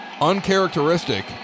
Uncharacteristic